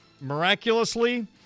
miraculously